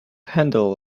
handle